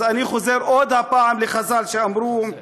אז אני חוזר עוד הפעם לחז"ל שאמרו: